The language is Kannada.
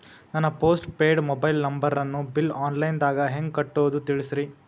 ನನ್ನ ಪೋಸ್ಟ್ ಪೇಯ್ಡ್ ಮೊಬೈಲ್ ನಂಬರನ್ನು ಬಿಲ್ ಆನ್ಲೈನ್ ದಾಗ ಹೆಂಗ್ ಕಟ್ಟೋದು ತಿಳಿಸ್ರಿ